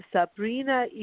Sabrina